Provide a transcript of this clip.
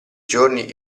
giorni